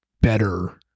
better